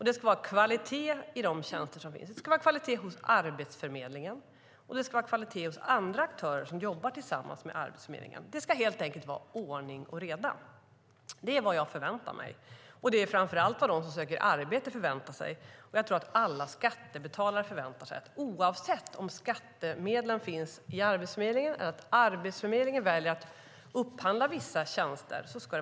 Det ska vara kvalitet i de tjänster som finns; det ska vara kvalitet hos Arbetsförmedlingen, och det ska vara kvalitet hos aktörer som jobbar tillsammans med Arbetsförmedlingen. Det ska helt enkelt vara ordning och reda. Det är vad jag förväntar mig, och det är framför allt vad de som söker arbete förväntar sig. Jag tror också att alla skattebetalare förväntar sig att det ska vara ordning och reda oavsett om skattemedlen finns i Arbetsförmedlingen eller om Arbetsförmedlingen väljer att upphandla vissa tjänster.